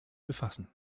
befassen